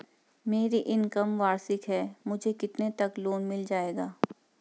मेरी इनकम वार्षिक है मुझे कितने तक लोन मिल जाएगा?